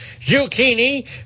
zucchini